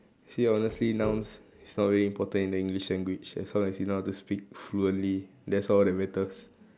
see honestly nouns is not really important in the English language as long as you know how to speak fluently that's all that matters